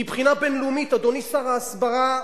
מבחינה בין-לאומית, אדוני שר ההסברה,